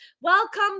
Welcome